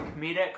Comedic